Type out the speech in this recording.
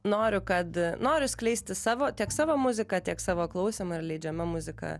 noriu kad noriu skleisti savo tiek savo muziką tiek savo klausoma ir leidžiama muzika